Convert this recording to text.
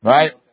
Right